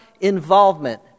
involvement